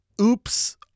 Oops